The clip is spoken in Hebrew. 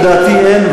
לדעתי אין,